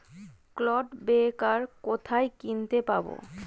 Clod breaker কোথায় কিনতে পাব?